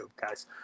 guys